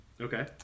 Okay